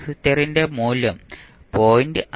കപ്പാസിറ്ററിന്റെ മൂല്യം 0